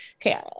okay